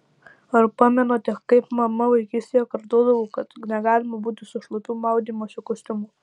ar pamenate kaip mama vaikystėje kartodavo kad negalima būti su šlapiu maudymosi kostiumu